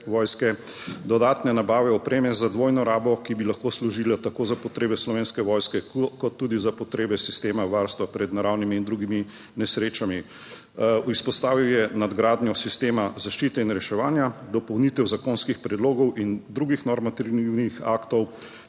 vojske, dodatne nabave opreme za dvojno rabo, ki bi lahko služile tako za potrebe Slovenske vojske, kot tudi za potrebe sistema varstva pred naravnimi in drugimi nesrečami. Izpostavil je nadgradnjo sistema zaščite in reševanja, dopolnitev zakonskih predlogov in drugih normativnih aktov